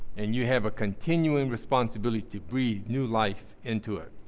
and you have a continuing responsibility to breathe new life into it.